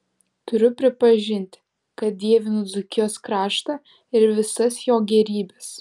turiu prisipažinti kad dievinu dzūkijos kraštą ir visas jo gėrybes